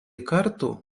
kartų